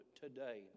today